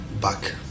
back